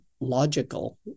logical